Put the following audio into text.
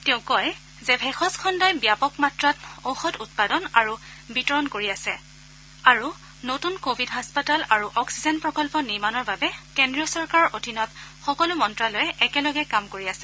তেওঁ কয় যে ভেষজ খণ্ডই ব্যাপক মাত্ৰাত ঔষধ উৎপাদন আৰু বিতৰণ কৰি আছে আৰু নতুন কোৱিড হাস্পাতাল আৰু অক্সিজেন প্ৰকল্প নিৰ্মাণৰ বাবে কেদ্ৰীয় চৰকাৰৰ অধীনত সকলো মন্ত্যালয়ে একেলগে কাম কৰি আছে